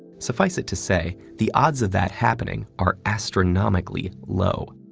suffice it to say, the odds of that happening are astronomically low.